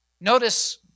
Notice